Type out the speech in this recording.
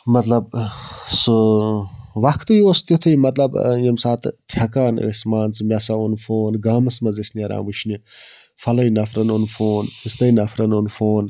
مطلب سُہ وَقتٕے اوس تِتھُے مطلب ییٚمہِ ساتہٕ تھٮ۪کان ٲسۍ مان ژٕ مےٚ ہَسا اوٚن فون گامَس منٛز ٲسۍ نیران وُچھنہِ فلَٲنۍ نَفرَن اوٚن فون فِستٲنۍ نَفرَن اوٚن فون